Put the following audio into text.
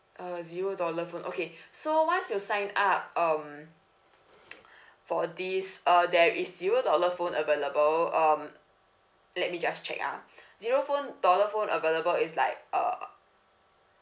uh zero dollar phone okay so once you signed up um for this uh there is zero dollar phone available um let me just check ah zero phone dollar phone available is like uh